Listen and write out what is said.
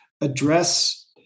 address